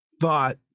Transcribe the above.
thought